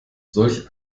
solch